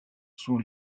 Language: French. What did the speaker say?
sont